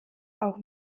auch